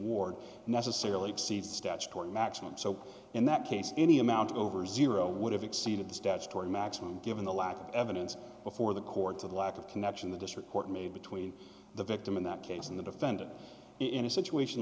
maximum so in that case any amount over zero would have exceeded the statutory maximum given the lack of evidence before the court to the lack of connection the district court made between the victim in that case and the defendant in a situation